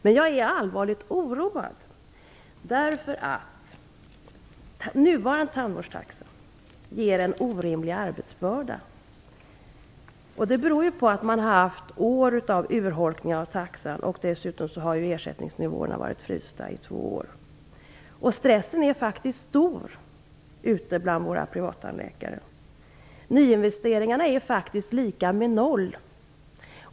Jag är emellertid allvarligt oroad över att nuvarande tandvårdstaxa ger en orimlig arbetsbörda på grund av flera år med urholkad taxa. Dessutom har ersättningsnivåerna varit frysta i två år. Stressen är faktiskt stor ute bland våra privattandläkare. Nyinvesteringarna är lika med noll.